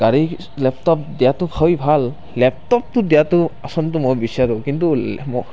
গাড়ী লেপটপ দিয়াটো ভাল লেপটপটো দিয়াটো আচলতে মই বিচাৰোঁ কিন্তু